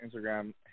Instagram